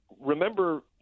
remember